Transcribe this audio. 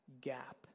gap